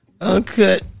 uncut